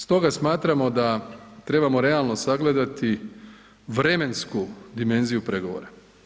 Stoga smatramo da trebamo realno sagledati vremensku dimenziju pregovora.